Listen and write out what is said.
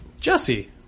Jesse